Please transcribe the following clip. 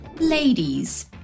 Ladies